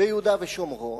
ביהודה ושומרון,